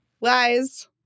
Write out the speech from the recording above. Lies